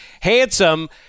Handsome